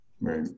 Right